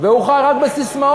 והוא חי רק בססמאות,